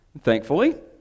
Thankfully